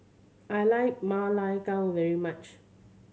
I like Ma Lai Gao very much